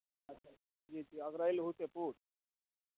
जी जी अगरैल हुतेपुर